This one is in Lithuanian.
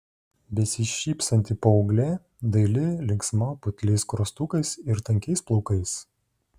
besišypsanti paauglė daili linksma putliais skruostukais ir tankiais plaukais